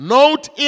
Note